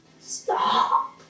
Stop